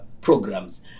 programs